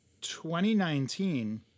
2019